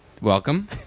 Welcome